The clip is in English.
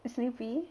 sleepy